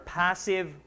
passive